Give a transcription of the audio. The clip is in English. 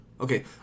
Okay